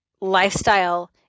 Lifestyle